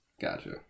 Gotcha